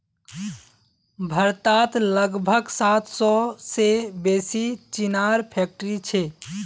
भारतत लगभग सात सौ से बेसि चीनीर फैक्ट्रि छे